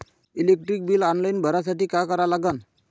Electric bill online भरासाठी का करा लागन?